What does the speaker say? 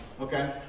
Okay